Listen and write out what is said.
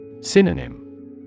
Synonym